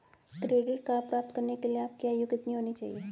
Credit card प्राप्त करने के लिए आपकी आयु कितनी होनी चाहिए?